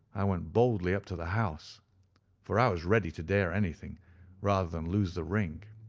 i went boldly up to the house for i was ready to dare anything rather than lose the ring.